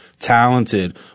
Talented